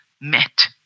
met